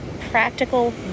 practical